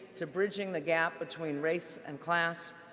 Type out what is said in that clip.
to bridging the gap between race and class,